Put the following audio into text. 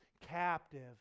captive